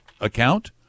account